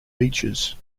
beaches